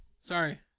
Sorry